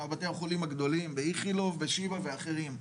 בתי החולים הגדולים באיכילוב בשיבא ואחרים,